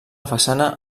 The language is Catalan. façana